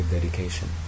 Dedication